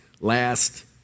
last